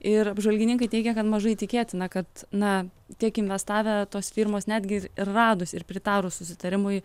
ir apžvalgininkai teigia kad mažai tikėtina kad na tiek investavę tos firmos netgi ir radus ir pritarus susitarimui